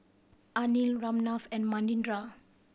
Anil Ramnath and Manindra